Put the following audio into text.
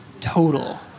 total